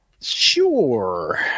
Sure